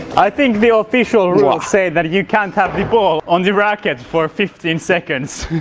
i think the official rules say that you can't have the ball on the racket for fifteen seconds.